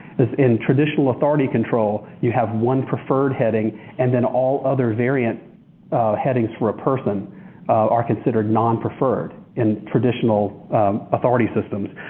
in traditional authority control you have one preferred heading and then all other variant headings for a person are considered non-preferred in traditional authority systems.